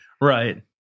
Right